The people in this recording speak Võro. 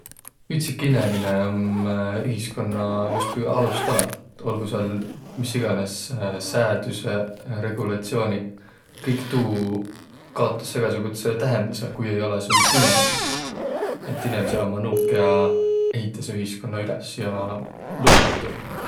Ütsik inemine om ütiskunna justkui alustala. Olgu sääl mis igänes säädüseq, regulatsiooniq, kõik tuu kaotas egäsugutsõ tähendüse, ku ei olõq sul inemiisi. Nii, et inemiseq ummaq nuuq, kiä ehitäseq ütiskunna üles ja loovaq tuu.